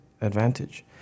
advantage